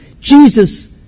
Jesus